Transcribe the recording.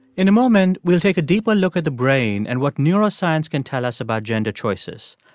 in a moment, we'll take a deeper look at the brain and what neuroscience can tell us about gender choices.